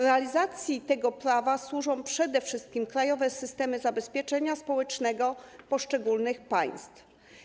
Realizacji tego prawa służą przede wszystkim krajowe systemy zabezpieczenia społecznego poszczególnych państw.